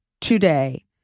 today